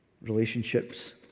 Relationships